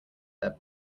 their